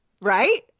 Right